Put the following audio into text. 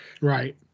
Right